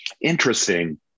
interesting